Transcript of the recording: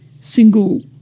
single